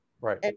right